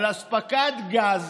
לאספקת גז